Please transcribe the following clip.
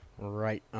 Right